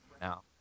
now